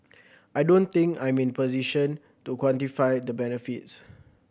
I don't think I'm in position to quantify the benefits